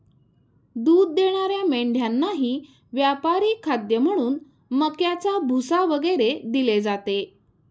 दूध देणाऱ्या मेंढ्यांनाही व्यापारी खाद्य म्हणून मक्याचा भुसा वगैरे दिले जाते